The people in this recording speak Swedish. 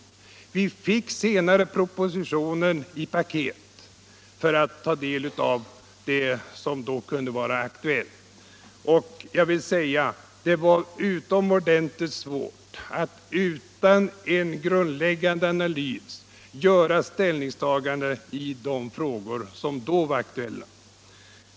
Senare fick vi propositionen i paket för att kunna ta del av vad som då kunde vara aktuellt. Jag måste säga att det var utomordentligt svårt att utan grundläggande analys göra ställningstaganden i de frågor som då var aktuella.